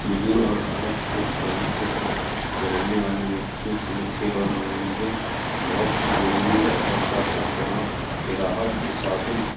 सुदूर और अलग थलग ग्रामीण क्षेत्र के रहने वाले व्यक्तियों के लिए खेल और मनोरंजन बहुत ही ज़रूरी है और साथ साथ तनाव के राहत के साधन